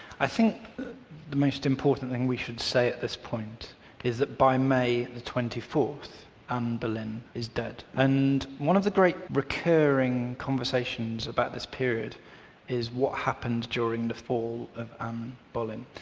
i think the most important thing we should say at this point is that by may the twenty fourth anne boleyn is dead and one of the great recurring conversations about this period is what happened during the fall of um boleyn.